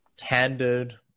candid